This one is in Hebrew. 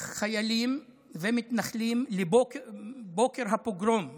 חיילים ומתנחלים, בבוקר הפוגרום בחווארה,